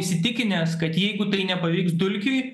įsitikinęs kad jeigu tai nepavyks dulkiui